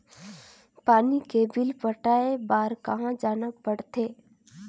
पानी के बिल पटाय बार कहा जाना पड़थे?